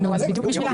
בדיוק בשבילן.